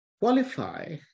qualify